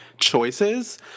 choices